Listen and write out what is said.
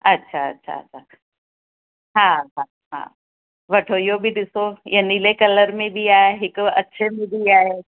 अछा अछा अछा हा हा हा वठो इहो बि ॾिसो इहो नीले कलरु में बि आहे हिकु अछे में बि आहे